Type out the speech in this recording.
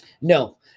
no